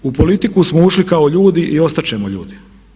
U politiku smo ušli kao ljudi i ostat ćemo ljudi.